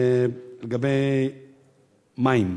לגבי מים.